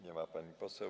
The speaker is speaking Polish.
Nie ma pani poseł.